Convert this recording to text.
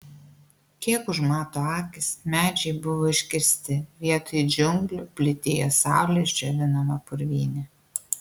kiek užmato akys medžiai buvo iškirsti vietoj džiunglių plytėjo saulės džiovinama purvynė